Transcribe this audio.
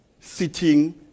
sitting